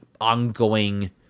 ongoing